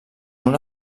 una